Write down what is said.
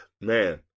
man